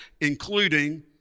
including